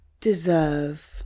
deserve